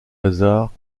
hasard